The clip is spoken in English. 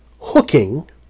hooking